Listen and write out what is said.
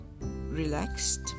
relaxed